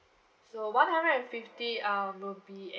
so one hundred and fifty um will be